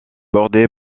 bordé